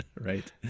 Right